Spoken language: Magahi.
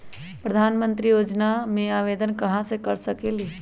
प्रधानमंत्री योजना में आवेदन कहा से कर सकेली?